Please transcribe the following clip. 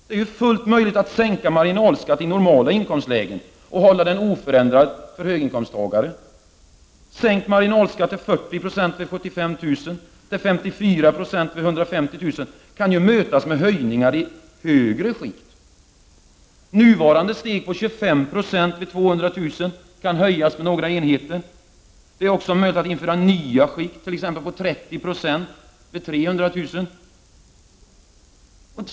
Det är fullt möjligt att sänka marginalskatten i normala inkomstlägen och hålla den oförändrad för höginkomsttagare. Sänkningar av marginalskatten till 40 90 vid 75 000 kr. i inkomst, och till 54 90 vid 150 000 kr., kan ju mötas med höjningar i högre skikt. Nuvarande steg på 25 Jo vid 200000 kr. kan höjas med några enheter. Det är också möjligt att införa nya skikt, t.ex. på 30 20 vid 300 000 kr.